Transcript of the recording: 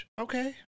okay